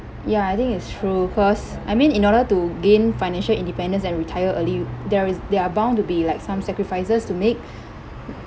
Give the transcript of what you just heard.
ya I think it's true cause I mean in order to gain financial independence and retire early there is there are bound to be like some sacrifices to make